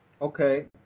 Okay